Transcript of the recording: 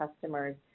customers